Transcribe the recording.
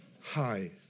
Hi